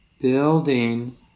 building